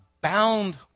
bound